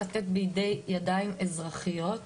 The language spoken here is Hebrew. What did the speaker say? לתת בידי ידיים אזרחיות סמכויות?